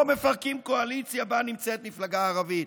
מפרקים קואליציה שבה נמצאת מפלגה ערבית.